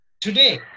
Today